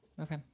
Okay